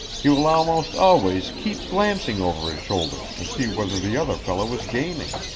he will almost always keep glancing over his shoulder to see whether the other fellow is gaining.